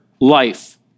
life